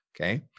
Okay